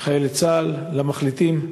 לחיילי צה"ל, למחליטים,